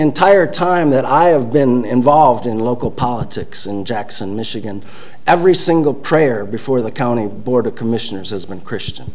entire time that i have been involved in local politics in jackson michigan every single prayer before the county board of commissioners has been christian